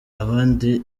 abandi